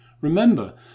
Remember